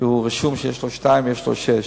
רישום שיש להם שניים ויש להם שישה.